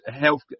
health